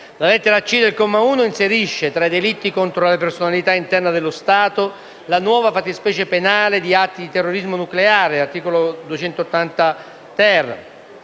La lettera *c)* del comma 1 inserisce tra i delitti contro la personalità interna dello Stato la nuova fattispecie penale di atti di terrorismo nucleare (articolo 280-*ter*).